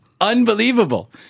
Unbelievable